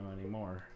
anymore